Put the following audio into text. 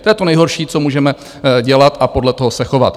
To je to nejhorší, co můžeme dělat a podle toho se chovat.